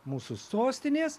mūsų sostinės